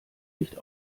nicht